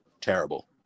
terrible